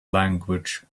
language